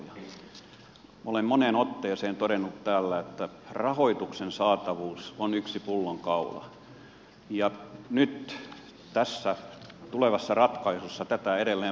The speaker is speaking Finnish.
minä olen moneen otteeseen todennut täällä että rahoituksen saatavuus on yksi pullonkaula ja nyt tässä tulevassa ratkaisussa tätä edelleen vaikeutetaan